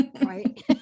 Right